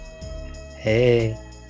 Hey